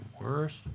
Worst